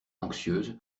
anxieuse